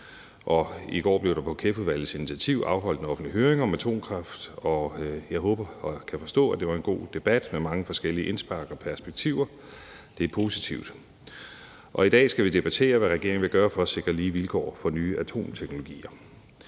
og Forsyningsudvalgets initiativ afholdt en offentlig høring om atomkraft, og jeg håber og kan forstå, at det var en god debat med mange forskellige indspark og perspektiver. Det er positivt. I dag skal vi debattere, hvad regeringen vil gøre for at sikre lige vilkår for nye atomteknologier.